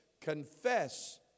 Confess